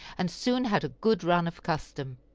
and soon had a good run of custom.